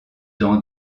dans